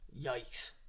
Yikes